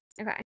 okay